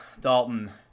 Dalton